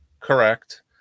Correct